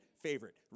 favorite